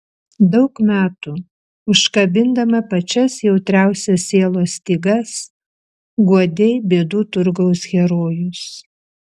daug metų užkabindama pačias jautriausias sielos stygas guodei bėdų turgaus herojus